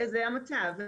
זה המצב.